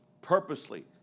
purposely